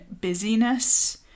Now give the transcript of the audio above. busyness